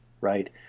right